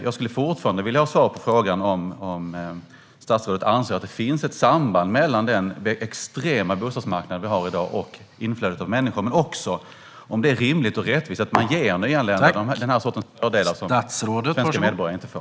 Jag vill fortfarande ha svar på frågan om statsrådet anser att det finns ett samband mellan den extrema bostadsmarknad som vi har i dag och inflödet av människor, men också om det är rimligt och rättvist att ge nyanlända fördelar som svenska medborgare inte får.